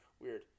weird